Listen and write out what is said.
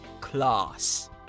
class